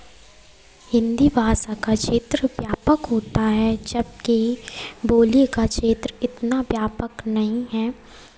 हिंदी भाषा का क्षेत्र व्यापक होता है जबकि बोली का क्षेत्र इतना व्यापक नहीं है